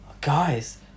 Guys